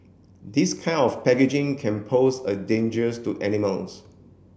this kind of packaging can pose a dangers to animals